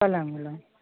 पलङ्ग ऊलङ्ग